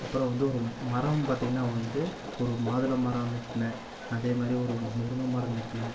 அப்புறம் வந்து ஒரு மரம் பார்த்திங்கனா வந்து ஒரு மாதுளை மரம் நட்டே அதேமாதிரி ஒரு முருங்கை மரம் நட்டே